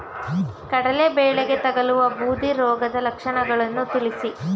ಕಡಲೆ ಬೆಳೆಗೆ ತಗಲುವ ಬೂದಿ ರೋಗದ ಲಕ್ಷಣಗಳನ್ನು ತಿಳಿಸಿ?